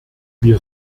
wir